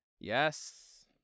Yes